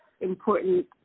important